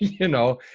you know,